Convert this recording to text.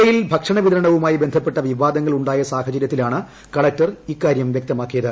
ജില്ലയിൽ ഭക്ഷണ വിതരണവുമായി ബന്ധപ്പെട്ട വിവാദങ്ങൾ ഉണ്ടായ സാഹചര്യത്തിലാണ് കളക്റ്റർ് ഈ കാര്യം വ്യക്തമാക്കിയത്